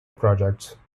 projects